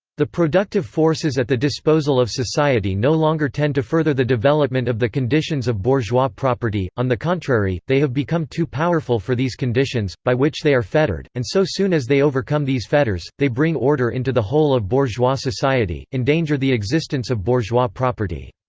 the productive forces at the disposal of society no longer tend to further the development of the conditions of bourgeois property on the contrary, they have become too powerful for these conditions, by which they are fettered, and so soon as they overcome these fetters, they bring order into the whole of bourgeois society, endanger the existence of bourgeois property.